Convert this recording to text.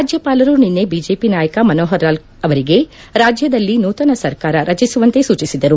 ರಾಜ್ಯಪಾಲರು ನಿನ್ನೆ ಬಿಜೆಪಿ ನಾಯಕ ಮನೋಹರ್ ಲಾಲ್ ಅವರಿಗೆ ರಾಜ್ಯದಲ್ಲಿ ನೂತನ ಸರ್ಕಾರ ರಚಿಸುವಂತೆ ಸೂಚಿಸಿದರು